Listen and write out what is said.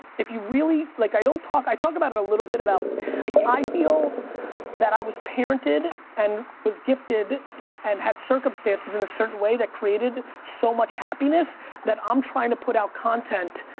if you really, like i don't talk, i talk about it a little bit about i feel that i was parented and was gifted and had circumstances in a certain way that created so much happiness that i'm trying to put out content,